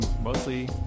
mostly